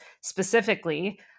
specifically